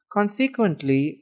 Consequently